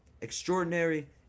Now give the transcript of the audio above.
Extraordinary